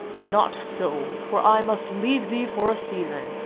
not so, for i must leave thee for a season,